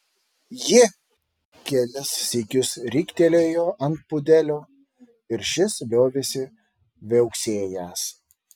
ji kelis sykius riktelėjo ant pudelio ir šis liovėsi viauksėjęs